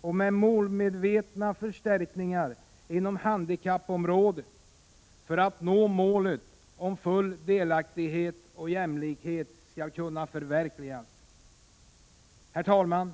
och målmedvetna förstärkningar inom handikappområdet, för att målet om full delaktighet och jämlikhet skall kunna förverkligas. Herr talman!